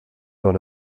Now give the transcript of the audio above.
dans